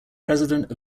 president